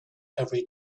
every